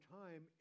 time